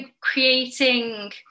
creating